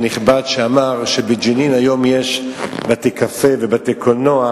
סלאם פיאד עם יושב-ראש קדימה חיים רמון,